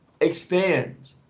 expand